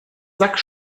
sack